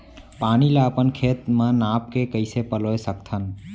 पानी ला अपन खेत म नाप के कइसे पलोय सकथन?